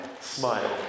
Smile